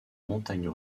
montagnes